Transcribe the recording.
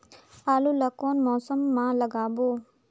आलू ला कोन मौसम मा लगाबो?